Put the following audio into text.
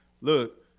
Look